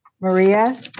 Maria